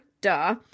duh